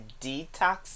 detox